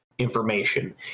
information